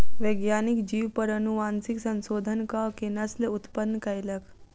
वैज्ञानिक जीव पर अनुवांशिक संशोधन कअ के नस्ल उत्पन्न कयलक